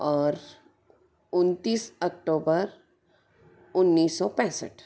और उन्तीस अक्टोबर उन्नीस सौ पैंसठ